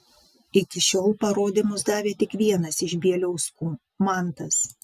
iki šiol parodymus davė tik vienas iš bieliauskų mantas